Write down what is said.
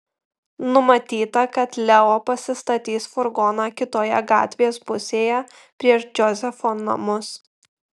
numatyta kad leo pasistatys furgoną kitoje gatvės pusėje prieš džozefo namus